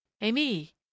Amy